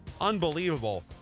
Unbelievable